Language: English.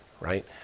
right